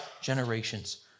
generations